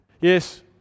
Yes